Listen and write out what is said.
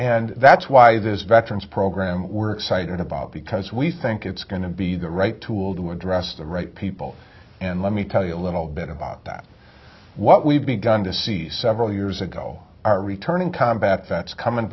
and that's why this veterans program we're excited about because we think it's going to be the right tool to address the right people and let me tell you a little bit about that what we've begun to see several years ago our returning combat vets coming